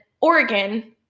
Oregon